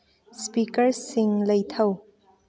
ꯏꯁꯄꯤꯀꯔꯁꯤꯡ ꯂꯩꯊꯧ